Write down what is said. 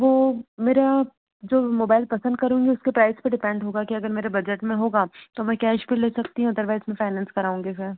वह मेरा जो मैं मोबाइल पसंद करूंगी उसके प्राइज़ पर डिपेंड होगा कि अगर मेरे बजट में होगा तो मैं कैश पर ले सकती हूँ अदरवाइज़ मैं फ़ाइनैंस कराऊँगी फिर